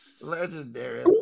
Legendary